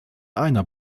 einer